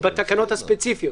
בתקנות הספציפיות.